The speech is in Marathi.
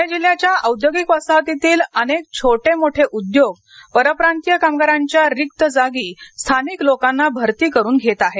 पुणे जिल्ह्याच्या औद्योगिक वसाहतीतील अनेक छोटे मोठे उद्योग परप्रांतीय कामगारांच्या रिक्त जागी स्थानिक लोकांना भरती करून घेत आहेत